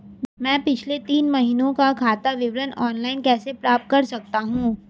मैं पिछले तीन महीनों का खाता विवरण ऑनलाइन कैसे प्राप्त कर सकता हूं?